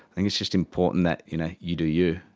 and it's just important that you know you do you.